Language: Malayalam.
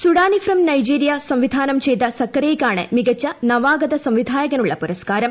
സുഢ്രാനി ഫ്രം നൈജീരിയ സംവിധാനം ചെയ്ത സക്കറിയുക്കാണ് മികച്ച നവാഗത സംവിധായകനുള്ള പുരസ്കാരം